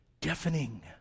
deafening